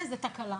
זו תקלה.